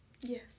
Yes